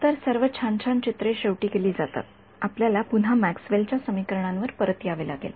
तर सर्व छान छान चित्रे शेवटी केली जातात आपल्याला पुन्हा मॅक्सवेल च्या समीकरणांवर परत यावे लागेल